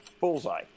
Bullseye